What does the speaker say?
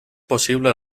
posible